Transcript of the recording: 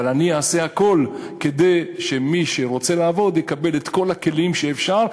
אבל אני אעשה הכול כדי שמי שרוצה לעבוד יקבל את כל הכלים שאפשר,